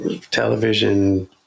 television